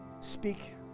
Speak